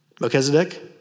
Melchizedek